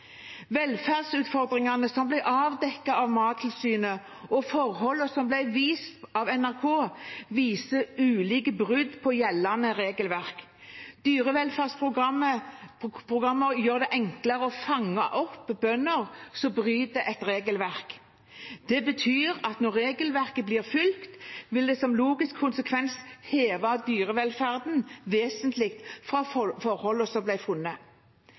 Velferdsutfordringene som ble avdekket av Mattilsynet, og forholdene som ble vist av NRK, viser ulike brudd på gjeldende regelverk. Dyrevelferdsprogrammer gjør det enklere å fange opp bønder som bryter et regelverk. Det betyr at når regelverket blir fulgt, vil det som en logisk konsekvens heve dyrevelferden vesentlig fra forholdene som ble funnet.